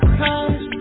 comes